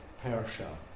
Persia